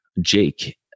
jake